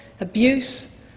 abuse